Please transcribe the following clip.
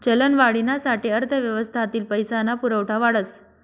चलनवाढीना साठे अर्थव्यवस्थातील पैसा ना पुरवठा वाढस